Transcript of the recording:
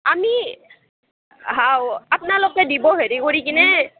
আমি হাও আপ্নালোকে দিব হেৰি কৰি কিনে